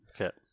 Okay